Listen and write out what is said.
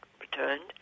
returned